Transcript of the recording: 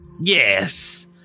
Yes